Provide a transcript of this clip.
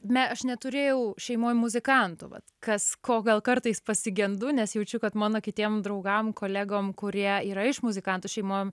me aš neturėjau šeimoj muzikantų vat kas ko gal kartais pasigendu nes jaučiu kad mano kitiem draugam kolegom kurie yra iš muzikantų šeima